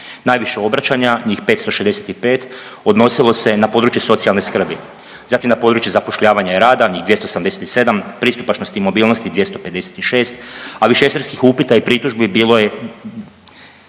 Najviše obraćanja, njih 565 odnosilo se na područje socijalne skrbi, zatim na područje zapošljavanja e rada, njih 287, pristupačnosti i mobilnosti 256, a višestrukih upita i pritužbi bilo je